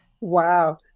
Wow